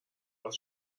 عوض